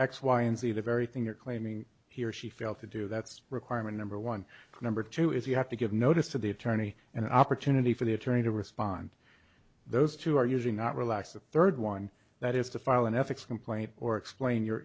x y and z the very thing you're claiming here she failed to do that's requirement number one number two if you have to give notice to the attorney and an opportunity for the attorney to respond those two are usually not relax the third one that is to file an ethics complaint or explain your